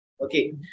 Okay